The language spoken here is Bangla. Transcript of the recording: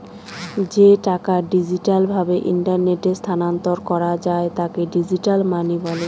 যে টাকা ডিজিটাল ভাবে ইন্টারনেটে স্থানান্তর করা যায় তাকে ডিজিটাল মানি বলে